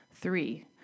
Three